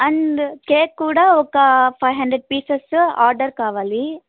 and cake కూడా ఒక five hundred pieces order కావాలి